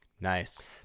nice